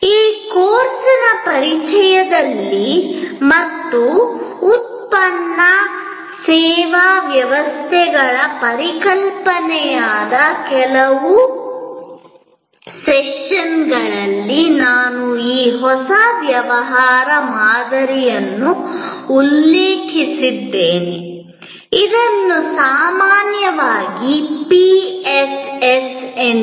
ಈ ಕೋರ್ಸ್ನ ಪರಿಚಯದಲ್ಲಿ ಮತ್ತು ಉತ್ಪನ್ನ ಸೇವಾ ವ್ಯವಸ್ಥೆಗಳ ಪರಿಕಲ್ಪನೆಯಾದ ಕಳೆದ ಕೆಲವು ಸೆಷನ್ಗಳಲ್ಲಿ ನಾನು ಈ ಹೊಸ ವ್ಯವಹಾರ ಮಾದರಿಯನ್ನು ಉಲ್ಲೇಖಿಸಿದ್ದೇನೆ ಇದನ್ನು ಸಾಮಾನ್ಯವಾಗಿ ಪಿಎಸ್ಎಸ್ ಎಂದು ಕರೆಯಲಾಗುತ್ತದೆ